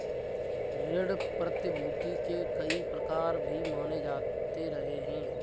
ऋण प्रतिभूती के कई प्रकार भी माने जाते रहे हैं